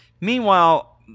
Meanwhile